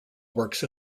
works